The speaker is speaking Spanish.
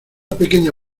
pequeña